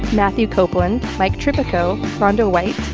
matthew copeland, mike tripico, rhonda white,